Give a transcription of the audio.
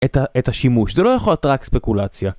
את השימוש, זה לא יכול להיות רק ספקולציה